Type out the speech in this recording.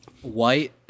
white